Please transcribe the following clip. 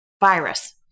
virus